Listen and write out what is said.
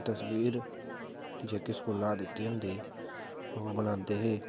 तस्वीर जेह्की स्कूला दा दित्ती होंदी ही ओह् बनांदे हे